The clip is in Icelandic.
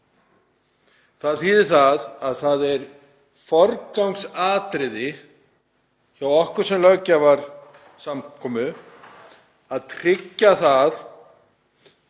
Það þýðir að það er forgangsatriði hjá okkur sem löggjafarsamkomu að tryggja að